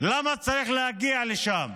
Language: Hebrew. למה צריך להגיע לשם?